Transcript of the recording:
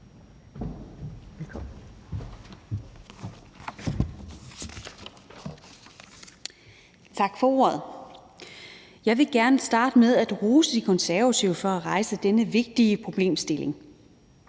Tak for ordet. Jeg vil gerne starte med at rose De Konservative for at rejse denne vigtige problemstilling.